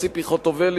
ציפי חוטובלי,